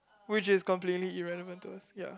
which is completely irrelevant to us ya